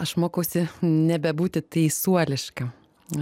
aš mokausi nebebūti teisuoliška